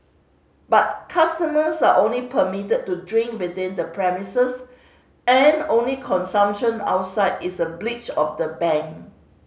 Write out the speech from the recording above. but customers are only permitted to drink within the premises and only consumption outside is a breach of the ban